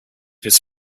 his